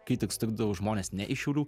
kai tik sutikdavau žmones ne iš šiaulių